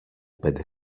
πέντε